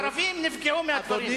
הערבים נפגעו מהדברים.